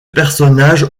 personnage